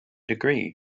degree